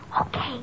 Okay